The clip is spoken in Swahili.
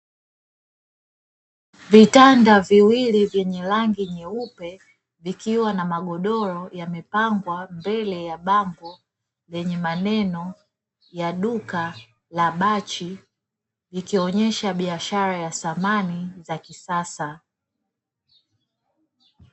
Vitanda viwili vyenye rangi nyeupe vikiwa na magodoro, yamepangwa mbele ya bango lenye maneno ya ''duka la bachi'' likionyesha biashara ya samani za kisasa.